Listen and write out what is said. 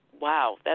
wow